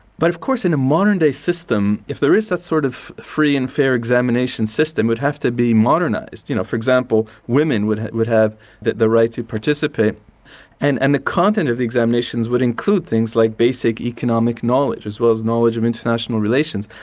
but of course in a modern-day system, if there is that sort of free and fair examination system, it would have to be modernised. you know for example, women would have would have the right to participate and and the content of the examinations would include things like basic economic knowledge as well as knowledge of international relations.